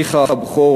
אחיך הבכור,